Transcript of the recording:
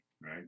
right